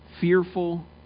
fearful